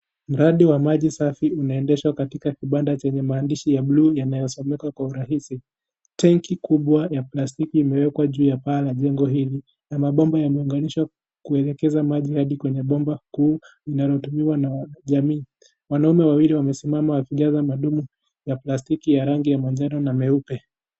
Mradi wa maji safi unaendeshwa katika kibanda chenye maandishi ya blue yanayosomeka kwa urahisi tenki kubwa ya plastiki imewekwa juu ya paa la jengo hili na mabomba yameunganishwa kuelekeza maji hadi kwenye bomba kuu linalotumiwa na jamii, wanaume wawili wamesimama wakijaza mandoo ya plastiki ya rangi ya manjano na meupe.